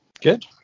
Good